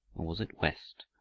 or was it west?